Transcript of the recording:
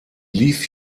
lief